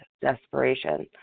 desperation